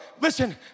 listen